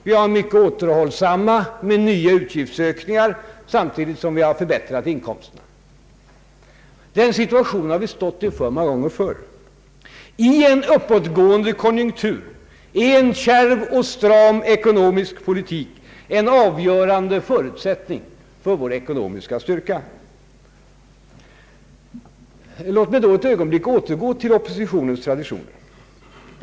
Vi är mycket återhållsamma med nya utgiftsökningar samtidigt som vi har förbättrat inkomsterna. I denna situation, som vi många gånger har stått inför i en uppåtgående konjunktur, är en kärv och stram ekonomisk politik en avgörande förutsättning för vår ekonomiska styrka. Låt mig då ett ögonblick återgå till oppositionens tradition.